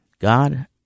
God